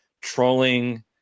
trolling